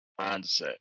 mindset